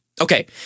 Okay